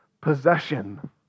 possession